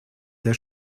der